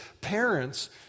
Parents